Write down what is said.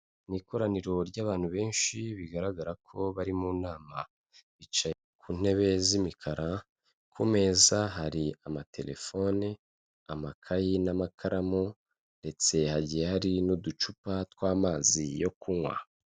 Ni ikoraniro ry'abantu benshi bigaragara ko bari mu nama, bicaye ku ntebe z'imikara, ku meza hari amatelefone, amakayi n'amakaramu ndetse hagiye hari n'uducupa tw'amazi yo kunywa.